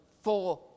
four